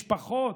משפחות,